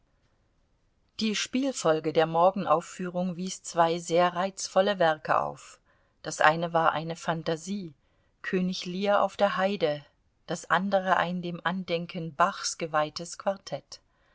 die spielfolge der morgenaufführung wies zwei sehr reizvolle werke auf das eine war eine phantasie könig lear auf der heide das andere ein dem andenken bachs geweihtes quartett